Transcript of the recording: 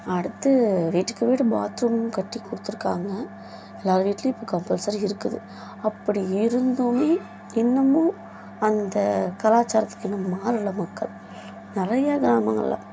அடுத்து வீட்டுக்கு வீடு பாத்ரூம் கட்டி கொடுத்துருக்காங்க எல்லோர் வீட்டிலியும் இப்போ கம்பல்சரி இருக்குது அப்படி இருந்துமே இன்னமும் அந்த கலாச்சாரத்துக்கு இன்னும் மாறலை மக்கள் நிறைய கிராமங்களில்